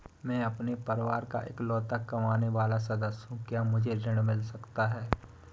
मैं अपने परिवार का इकलौता कमाने वाला सदस्य हूँ क्या मुझे ऋण मिल सकता है?